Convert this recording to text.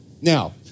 Now